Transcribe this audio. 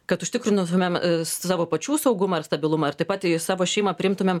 kad užtikrintumėme savo pačių saugumą ir stabilumą ir taip pat į savo šeimą priimtumėm